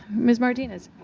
martinez?